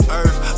earth